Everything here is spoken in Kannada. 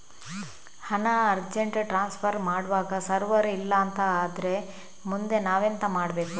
ಹಣ ಅರ್ಜೆಂಟ್ ಟ್ರಾನ್ಸ್ಫರ್ ಮಾಡ್ವಾಗ ಸರ್ವರ್ ಇಲ್ಲಾಂತ ಆದ್ರೆ ಮುಂದೆ ನಾವೆಂತ ಮಾಡ್ಬೇಕು?